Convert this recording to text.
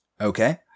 Okay